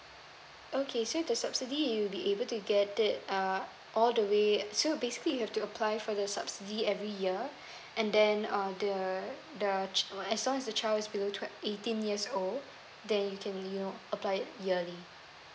okay so the subsidy you'll be able to get it uh all the way so basically you have to apply for the subsidy every year and then uh the the as long as the child is below twelve eighteen years old then you can you know apply it yearly